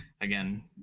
Again